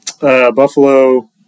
Buffalo